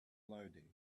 laude